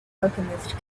alchemist